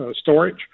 storage